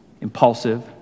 impulsive